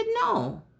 no